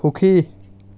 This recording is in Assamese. সুখী